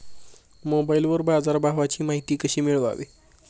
मोबाइलवर बाजारभावाची माहिती कशी मिळवावी?